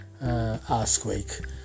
earthquake